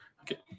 Okay